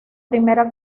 primera